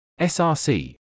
src